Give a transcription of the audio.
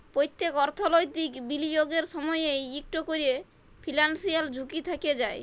প্যত্তেক অর্থলৈতিক বিলিয়গের সময়ই ইকট ক্যরে ফিলান্সিয়াল ঝুঁকি থ্যাকে যায়